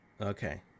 okay